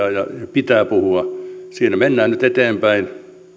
pitää puhua siinä mennään nyt eteenpäin